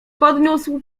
podniósł